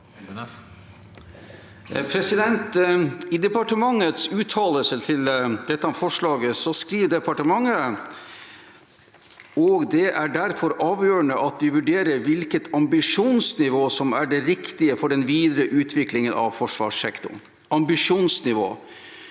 I departementets ut- talelse til dette forslaget skriver departementet: «og det er derfor avgjørende at vi vurderer hvilket ambisjonsnivå som er det riktige for den videre utviklingen av forsvarssektoren»